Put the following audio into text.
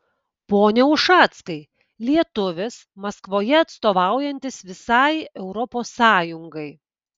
pone ušackai lietuvis maskvoje atstovaujantis visai europos sąjungai